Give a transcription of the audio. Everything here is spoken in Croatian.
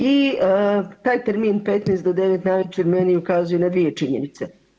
I taj termin 15 do 9 navečer meni ukazuje na dvije činjenice.